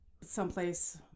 someplace